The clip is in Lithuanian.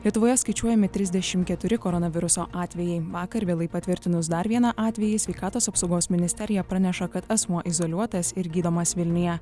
lietuvoje skaičiuojami trisdešim keturi koronaviruso atvejai vakar vėlai patvirtinus dar vieną atvejį sveikatos apsaugos ministerija praneša kad asmuo izoliuotas ir gydomas vilniuje